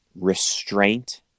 restraint